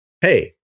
Hey